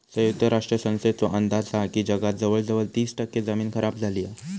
संयुक्त राष्ट्र संस्थेचो अंदाज हा की जगात जवळजवळ तीस टक्के जमीन खराब झाली हा